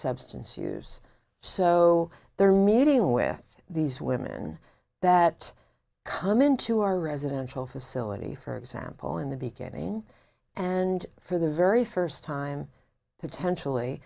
substance years so they're meeting with these women that come into our residential facility for example in the beginning and for the very first time potentially